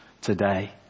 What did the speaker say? today